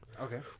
Okay